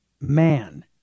man